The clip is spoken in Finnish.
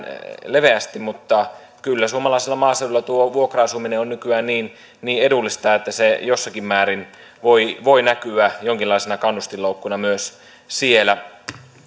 leveästi mutta kyllä suomalaisella maaseudulla tuo vuokra asuminen on nykyään niin niin edullista että se jossakin määrin voi voi näkyä jonkinlaisena kannustinloukkuna myös siellä